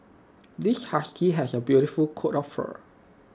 this husky has A beautiful coat of fur